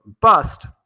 bust